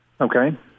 Okay